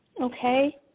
okay